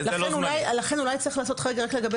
לכן אולי צריך לעשות חריג רק לגבי